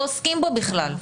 לא עוסקים בו בכלל.